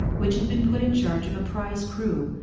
which had been put in charge of a prize crew,